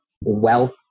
wealth